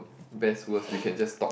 best worst you can just talk